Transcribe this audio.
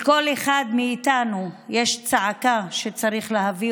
לכל אחד מאיתנו יש צעקה שצריך להביא